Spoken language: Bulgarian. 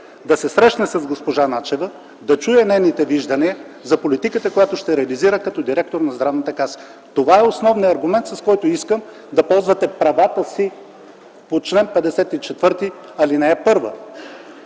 да се срещне с госпожа Начева и да чуе нейните виждания за политиката, която ще реализира като директор на Здравната каса. Това е основният аргумент, с който искам да ползвате правата си по чл. 54, ал. 1.